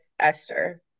Esther